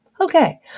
okay